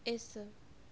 yes sir